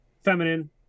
feminine